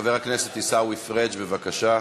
חבר הכנסת עיסאווי פריג', בבקשה,